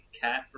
cat